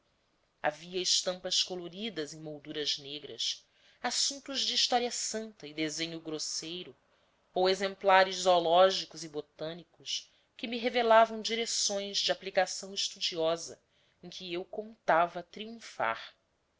havia estampas coloridas em molduras negras assuntos de história santa e desenho grosseiro ou exemplares zoológicos e botânicos que me revelavam direções de aplicação estudiosa em que eu contava triunfar